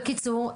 בקיצור,